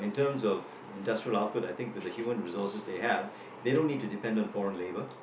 terms of industrial output I think that the human resources that they have they don't need to depend on foreign labour